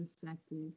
perspective